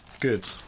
good